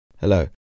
Hello